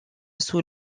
sous